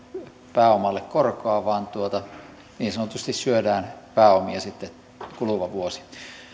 pääomalle korkoa vaan niin sanotusti syödään pääomia sitten kuluva vuosi ne